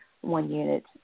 one-unit